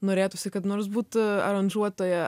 norėtųsi kad nors būt aranžuotoja